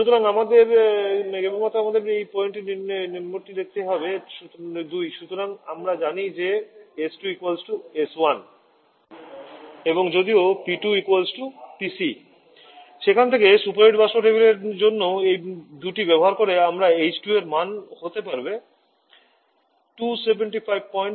সুতরাং কেবলমাত্র আমাদের এই পয়েন্ট নম্বরটি দেখতে হবে 2 সুতরাং আমরা জানি যে s2 s1 এবং যদিও P2 PC সেখান থেকে সুপারহিট বাষ্প টেবিলের জন্য এই দুটি ব্যবহার করে আমরা এইচ 2 এর মান হতে পারে 275 39 kJkg